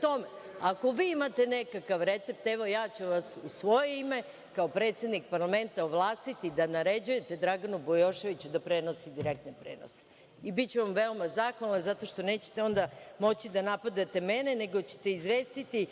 tome, ako vi imate nekakav recept, evo, ja ću vas u svoje ime kao predsednik parlamenta ovlastiti da naređujete Draganu Bujoševiću da prenosi direktne prenose i biću vam veoma zahvalna, zato što nećete onda moći da napadate mene nego ćete izvestiti